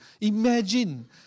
Imagine